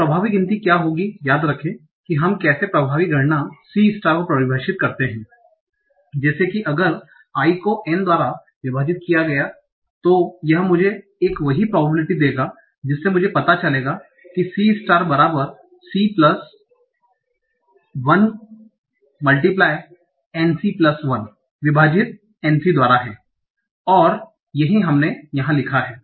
अब प्रभावी गिनती क्या होगी याद रखें कि हम केसे प्रभावी गणना c star को परिभाषित करते हैं जैसे कि अगर I को N द्वारा विभाजित किया गया तो यह मुझे एक वही probability देगा जिससे मुझे पता चलेगा कि c स्टार बराबर c प्लस 1 गुड़ित N c प्लस 1 विभाजित N c द्वारा है और यही हमने यहां लिखा है